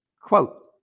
quote